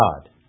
God